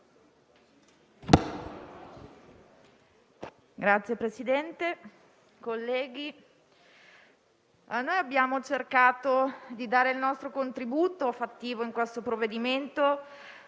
Signor Presidente, colleghi, abbiamo cercato di dare il nostro contributo fattivo a questo provvedimento